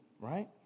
right